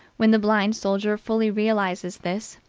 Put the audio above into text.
when the blind soldier fully realizes this,